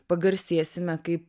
pagarsėsime kaip